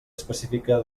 específica